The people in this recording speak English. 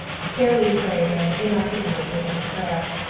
sara lee prayed an inarticulate bit of a prayer,